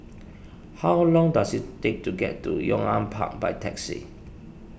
how long does it take to get to Yong An Park by taxi